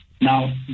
Now